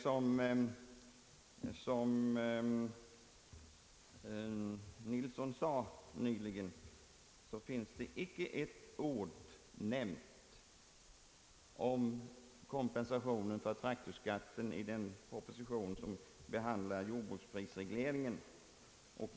Som herr Yngve Nilsson nyss nämnde finns det heller icke ett ord skrivet om kompensation för traktorskatten i den proposition som behandlar jordbruksprisregleringen.